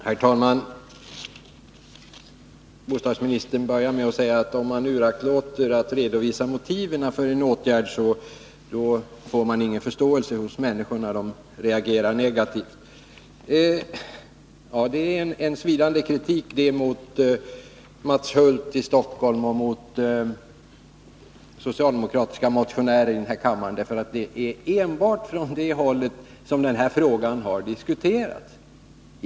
Herr talman! Bostadsministern började med att säga att om man uraktlåter att redovisa motiven för en åtgärd, då får man ingen förståelse hos människorna, utan de reagerar negativt. Ja, det är en svidande kritik mot Mats Hulth i Stockholm och socialdemokratiska motionärer i den här kammaren. Det är ju enbart från det hållet som den här frågan har. diskuterats.